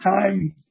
time